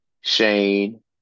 Shane